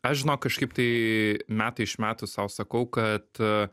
aš žinok kažkaip tai metai iš metų sau sakau kad